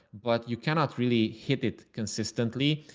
but you cannot really hit it consistently.